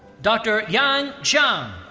dr. yang zhang.